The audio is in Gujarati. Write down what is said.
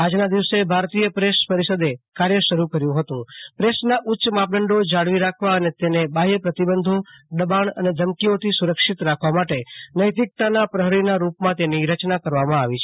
આજના દિવસે ભારતીય પ્રેસ પરીષદે કાર્ય શરૂ કર્યુ હતું પ્રેસના ઉચ્ય માપદંડો જાળવી રાખવા અને તેને બાહ્ય પ્રતિબંધો દબાણ અને ધમકીઓથી સુ રક્ષિત રાખવા માટે નૈતિકતાના પ્રહરીના રૂપમાં તેની રચના કરવામાં આવી છે